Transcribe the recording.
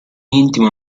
intimo